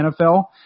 NFL